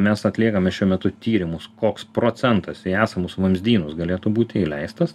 mes atliekame šiuo metu tyrimus koks procentas į esamus vamzdynus galėtų būti įleistas